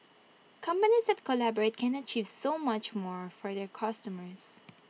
companies that collaborate can achieve so much more for their customers